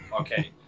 okay